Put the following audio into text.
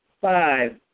Five